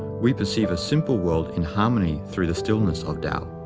we perceive a simple world in harmony through the stillness of tao.